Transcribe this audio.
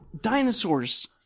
dinosaurs